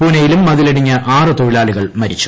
പൂനെയിലും മതിലിട്ടിഞ്ഞ് ആറ് തൊഴിലാളികൾ മരിച്ചു